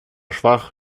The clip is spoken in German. schwach